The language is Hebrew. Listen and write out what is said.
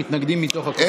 אורנה ברביבאי,